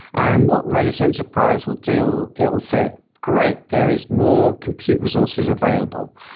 and what redis enterprise will do, it will say, great! there is more compute resources available.